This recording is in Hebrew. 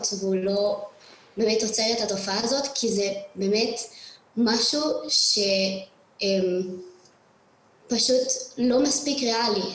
והוא לא עוצר את התופעה הזאת כי זה באמת משהו שפשוט לא מספיק ריאלי.